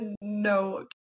no